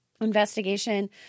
investigation